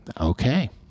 Okay